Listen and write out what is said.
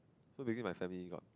so visiting my family got